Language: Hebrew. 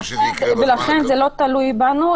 לכן זה לא תלוי בנו.